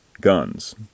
Guns